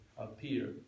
appear